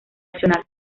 nacional